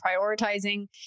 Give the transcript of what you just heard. prioritizing